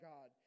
God